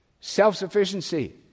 self-sufficiency